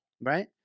right